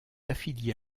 affiliée